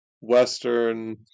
Western